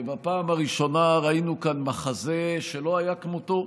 ובפעם הראשונה ראינו כאן מחזה שלא היה כמותו,